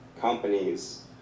companies